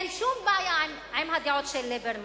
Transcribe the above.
אין שום בעיה עם הדעות של ליברמן,